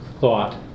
thought